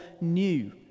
new